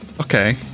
Okay